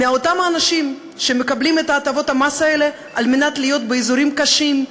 מאותם האנשים שמקבלים את הטבות המס האלה על מנת להיות באזורים קשים,